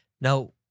Now